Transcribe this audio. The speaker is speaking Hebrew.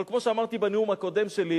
אבל כמו שאמרתי בנאום הקודם שלי,